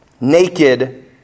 naked